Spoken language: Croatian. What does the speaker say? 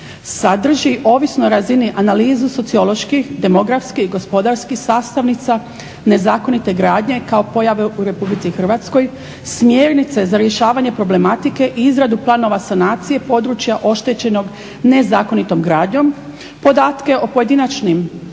Sadrži ovisno razini analizu socioloških, demografskih i gospodarskih sastavnica, nezakonite gradnje kao pojave u Republici Hrvatskoj, smjernice za rješavanje problematike i izradu planova sanacije područja oštećenog nezakonitom gradnjom, podatke o pojedinačnim